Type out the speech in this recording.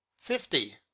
fifty